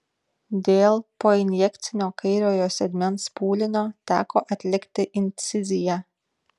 dėl poinjekcinio kairiojo sėdmens pūlinio teko atlikti inciziją